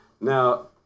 Now